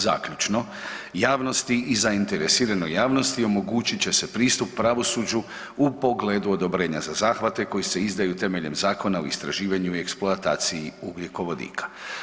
Zaključno, javnosti i zainteresiranoj javnosti omogućit će se pristup pravosuđu u pogledu odobrenja za zahvate koji se izdaju temeljem Zakona o istraživanju i eksploataciji ugljikovodika.